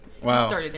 Wow